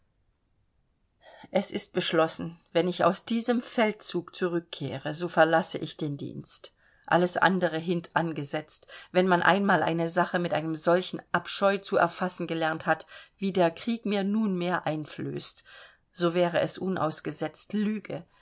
es ist beschlossen wenn ich aus diesem feldzug zurückkehre so verlasse ich den dienst alles andere hintangesetzt wenn man einmal eine sache mit einem solchen abscheu zu erfassen gelernt hat wie der krieg mir nunmehr einflößt so wäre es unausgesetzte lüge